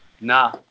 Nah